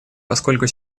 поскольку